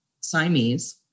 Siamese